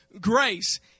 grace